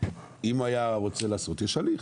יש הליך.